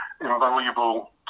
invaluable